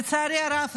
לצערי הרב,